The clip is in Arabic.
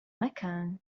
مكان